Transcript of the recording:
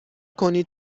کنید